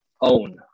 own